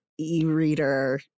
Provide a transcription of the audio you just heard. e-reader